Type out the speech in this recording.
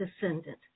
descendant